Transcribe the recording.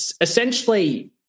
essentially